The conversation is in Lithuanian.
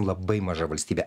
labai maža valstybė